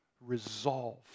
Resolve